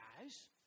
guys